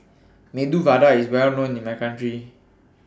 Medu Vada IS Well known in My Hometown